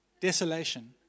Desolation